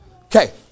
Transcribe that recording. Okay